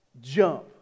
jump